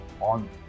on